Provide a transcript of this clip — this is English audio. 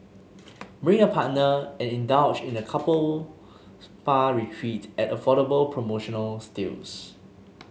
bring a partner and indulge in a couple spa retreat at affordable promotional steals